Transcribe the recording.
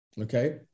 okay